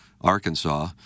Arkansas